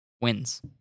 wins